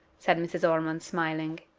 said mrs. ormond, smiling.